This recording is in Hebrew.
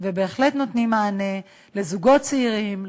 ובהחלט נותנים מענה לזוגות צעירים,